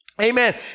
Amen